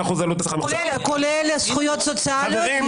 כולל זכויות סוציאליות?